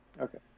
Okay